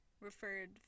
referred